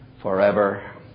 forever